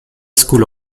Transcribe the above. school